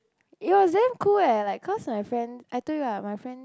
it was damn cool eh like cause my friend I told you what my friend